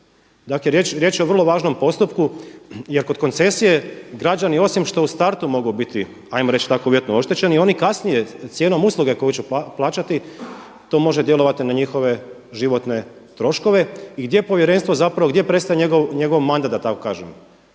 Dakle riječ je o vrlo važnom postupku jer kod koncesije građani osim što u startu mogu biti, ajmo reći tako uvjetno oštećeni i oni kasnije cijenom usluge koju će plaćati to može djelovati na njihove životne troškove. I gdje povjerenstvo zapravo, gdje prestaje njegov mandat da tako kažem?